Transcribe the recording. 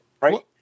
Right